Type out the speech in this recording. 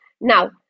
Now